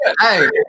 Hey